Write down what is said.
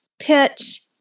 pitch